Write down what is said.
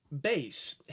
Bass